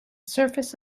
surface